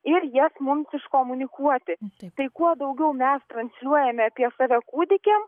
ir jas mums iškomunikuoti tai kuo daugiau mes transliuojame apie save kūdikiam